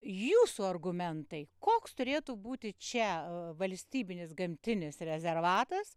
jūsų argumentai koks turėtų būti čia valstybinis gamtinis rezervatas